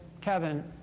Kevin